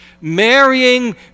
Marrying